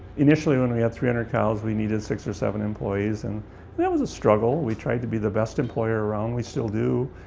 initially, when we had three hundred cows, we needed six or seven employees, and that was a struggle. we tried to be the best employer around. we still do,